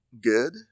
good